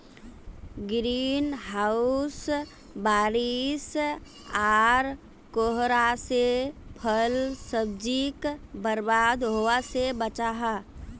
green house बारिश आर कोहरा से फल सब्जिक बर्बाद होवा से बचाहा